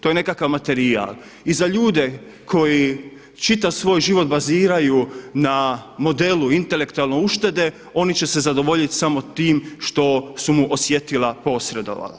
To je nekakav materijal i za ljude koji čitav svoj život baziraju na modelu intelektualne uštede oni će se zadovoljiti samo tim što su mu osjetila posredovala.